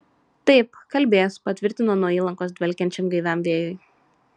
taip kalbės patvirtino nuo įlankos dvelkiančiam gaiviam vėjui